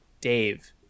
Dave